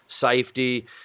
safety